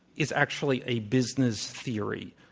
is actually a business theory.